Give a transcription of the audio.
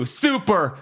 super